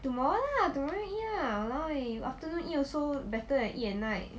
tomorrow lah tomorrow eat lah !walao! eh afternoon eat also better than you eat at night